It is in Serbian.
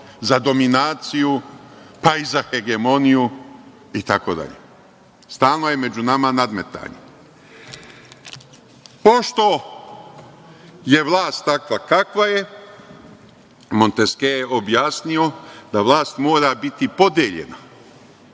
za dominaciju, pa i za hegemoniju i tako dalje. Stalno je među nama nadmetanje. Pošto je vlast takva kakva je, Monteskje je objasnio da vlast mora biti podeljena